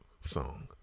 song